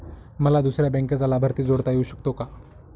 मला दुसऱ्या बँकेचा लाभार्थी जोडता येऊ शकतो का?